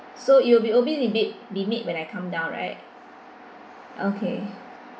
so it will be only be made be made when I come down right okay